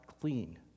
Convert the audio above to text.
clean